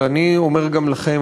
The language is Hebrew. ואני אומר גם לכם,